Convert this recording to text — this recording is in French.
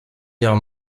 guerre